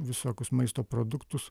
visokius maisto produktus